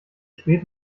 spät